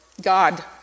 God